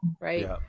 right